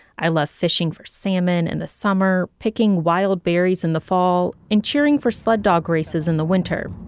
i love fishing for salmon in the summer, picking wild berries in the fall and cheering for sled dog races in the winter,